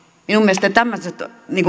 minun mielestäni tämmöiset